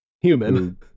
Human